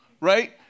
right